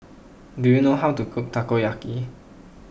do you know how to cook Takoyaki